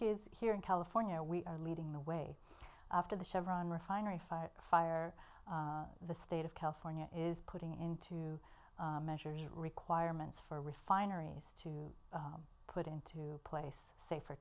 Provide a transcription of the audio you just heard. here is here in california we are leading the way after the chevron refinery fire fire the state of california is putting into measures requirements for refineries to put into place safer